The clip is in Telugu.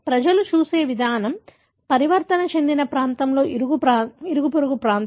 ప్రజలు చూసే విధానం పరివర్తన చెందిన ప్రాంతంలోని పొరుగు ప్రాంతాలు